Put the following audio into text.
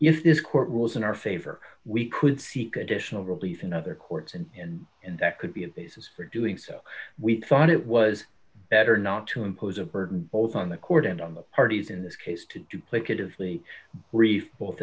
this court rules in our favor we could seek additional release in other courts and and and that could be a basis for doing so we thought it was better not to impose a burden both d on the court and on the parties in this case to duplicative plea brief both